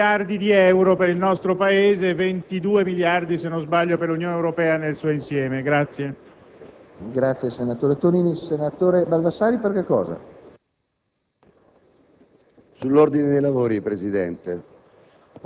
della ratifica, o meglio, del rinnovo di un Accordo tra l'Unione Europea nel suo insieme e i Paesi africani. È pertanto qualcosa sulla quale vorrei richiamare l'attenzione dell'Assemblea, anche per l'impegno straordinario: